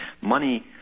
Money